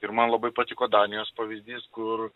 ir man labai patiko danijos pavyzdys kur